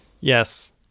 Yes